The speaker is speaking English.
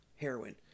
heroin